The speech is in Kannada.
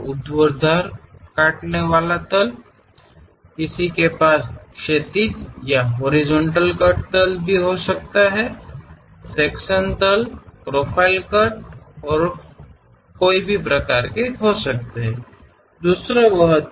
ಮುಂಭಾಗದ ಅಥವಾ ಲಂಬ ಕತ್ತರಿಸುವ ಸಮತಲವಿದೆ ಒಬ್ಬರು ಸಮತಲ ಕಟ್ ಸಮತಲಗಳನ್ನು ಸಹ ಹೊಂದಬಹುದು ವಿಭಾಗೀಯ ಸಮತಲ ಪ್ರೊಫೈಲ್ ಕಟ್ ಆಗಿರಬಹುದು